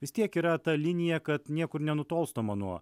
vis tiek yra ta linija kad niekur nenutolstama nuo